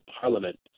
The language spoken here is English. Parliament